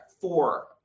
four